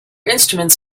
instruments